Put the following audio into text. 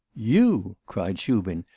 you cried shubin,